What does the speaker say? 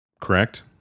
Correct